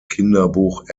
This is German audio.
kinderbuch